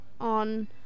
on